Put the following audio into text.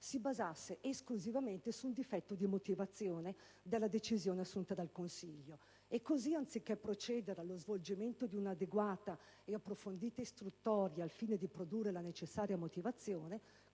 si basasse esclusivamente su un difetto di motivazione della decisione assunta dal consiglio. E così, anziché procedere allo svolgimento di un'adeguata e approfondita istruttoria al fine di produrre la necessaria motivazione,